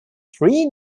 three